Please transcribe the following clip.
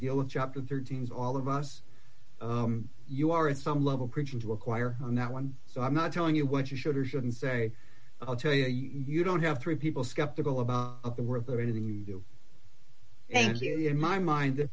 deal with chapter thirteen as all of us you are at some level preaching to acquire on that one so i'm not telling you what you should or shouldn't say i'll tell you you don't have three people skeptical about the worth of anything you do and in my mind that